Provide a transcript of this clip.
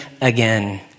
again